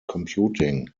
computing